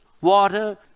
water